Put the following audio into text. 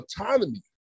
autonomy